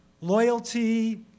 Loyalty